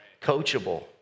coachable